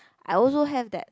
I also have that